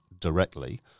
directly